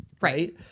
right